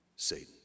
Satan